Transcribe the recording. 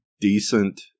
decent